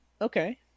Okay